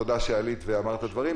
תודה שעלית ואמרת את הדברים,